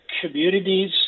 communities